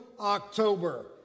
October